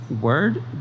word